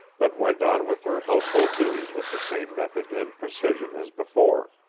but went on with her household duties with the same method and precision as before.